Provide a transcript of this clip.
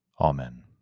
Amen